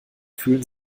fühlen